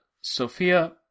Sophia